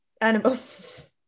animals